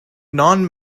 non